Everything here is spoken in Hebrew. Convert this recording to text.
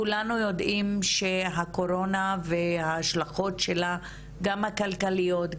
כולנו יודעים שהקורונה וההשלכות שלה גם הכלכליות,